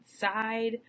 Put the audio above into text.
side